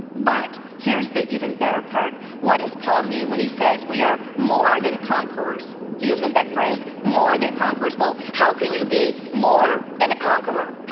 but here's the even better part. what does paul mean when he says we are more than conquerors? he uses that phrase more than conquerors. well, how can you be more than a conqueror?